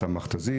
המכתזית